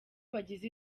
bagize